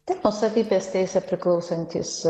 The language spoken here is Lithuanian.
taip nuosavybės teise priklausantys